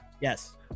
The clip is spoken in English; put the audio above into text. Yes